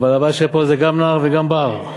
אבל הבעיה שפה זה גם נער וגם בער.